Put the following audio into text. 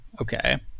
Okay